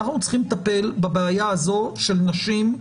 אנחנו צריכים לטפל בבעיה של נשים,